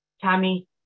Tammy